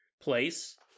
place